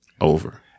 Over